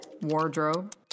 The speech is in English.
wardrobe